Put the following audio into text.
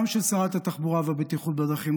גם של שרת התחבורה והבטיחות בדרכים,